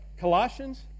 Colossians